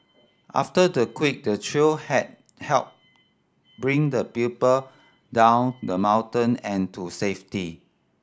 after the quake the trio had helped bring the pupil down the mountain and to safety